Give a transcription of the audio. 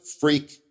freak